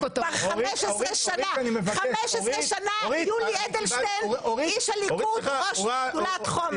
15 שנה יולי אדלשטיין איש הליכוד ראש- -- חומש.